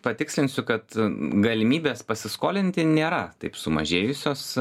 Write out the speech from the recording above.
patikslinsiu kad galimybės pasiskolinti nėra taip sumažėjusios